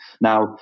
Now